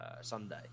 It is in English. Sunday